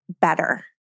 better